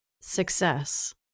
success